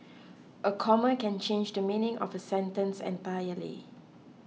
a comma can change the meaning of a sentence entirely